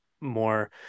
more